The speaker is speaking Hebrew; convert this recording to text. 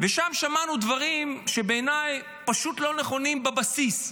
שם שמענו דברים שבעיניי פשוט לא נכונים בבסיס.